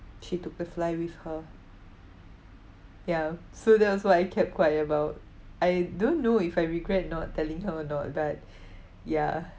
she took the fly with her ya so that was what I kept quiet about I don't know if I regret not telling her or not but ya